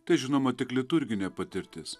tai žinoma tik liturginė patirtis